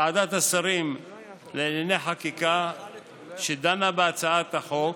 ועדת השרים לענייני חקיקה דנה בהצעת החוק,